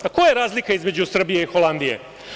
Koja je razlika između Srbije i Holandije?